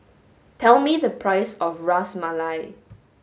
tell me the price of Ras Malai